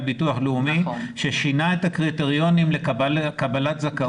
הביטוח הלאומי ששינה את הקריטריונים לקבלת זכאות.